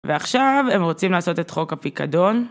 ועכשיו הם רוצים לעשות את חוק הפיקדון.